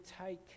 take